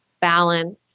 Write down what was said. balance